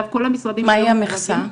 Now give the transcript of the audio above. מהי המכסה?